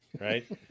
Right